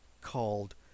called